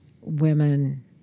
women